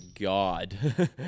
God